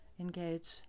engage